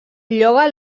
lloga